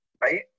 right